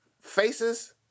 Faces